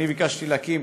אני ביקשתי להקים,